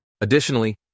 Additionally